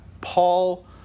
Paul